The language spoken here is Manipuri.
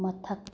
ꯃꯊꯛ